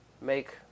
make